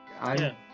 I-